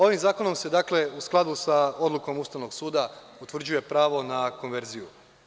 Ovim zakonom se u skladu sa odlukom Ustavnog suda utvrđuje pravo na konverziju.